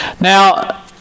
Now